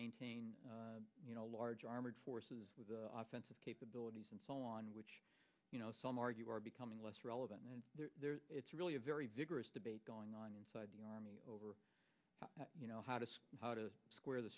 maintain you know large armored forces with the offensive capabilities and so on which you know some argue are becoming less relevant and it's really a very vigorous debate going on inside the army over you know how to how to square the